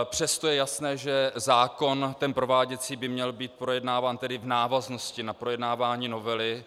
Přesto je jasné, že zákon, ten prováděcí, by měl být projednáván v návaznosti na projednávání novely.